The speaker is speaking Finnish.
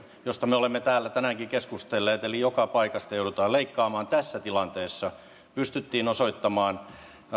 josta me olemme täällä tänäänkin keskustelleet eli joka paikasta joudutaan leikkaamaan tässä tilanteessa pystyttiin osoittamaan